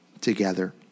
together